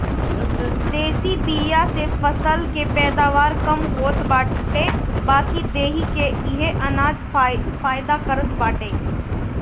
देशी बिया से फसल के पैदावार कम होत बाटे बाकी देहि के इहे अनाज फायदा करत बाटे